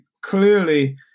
clearly